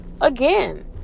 again